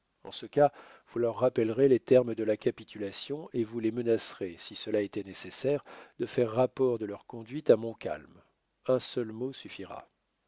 en ce cas vous leur rappellerez les termes de la capitulation et vous les menacerez si cela était nécessaire de faire rapport de leur conduite à montcalm un seul mot suffira